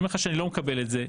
אני אומר לך שאני לא מקבל את זה.